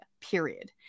period